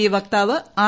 I പക്താവ് R